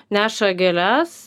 neša gėles